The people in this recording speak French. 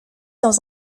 dans